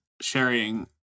sharing